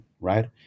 right